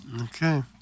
Okay